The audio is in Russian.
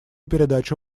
передачу